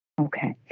Okay